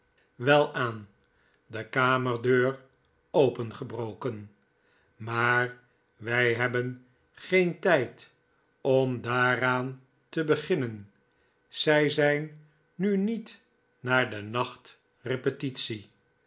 welaan de kamerdeur opengebroken maar wij hebben geen tijd om daaraan te beginnen zij zijn nu niet naar de